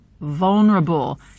vulnerable